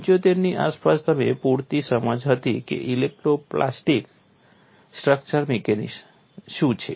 75 ની આસપાસ તેમને પૂરતી સમજણ હતી કે ઇલાસ્ટો પ્લાસ્ટિક ફ્રેક્ચર મિકેનિક્સ શું છે